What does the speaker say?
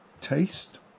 taste